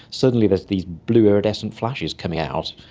suddenly there's these blue iridescent flashes coming out.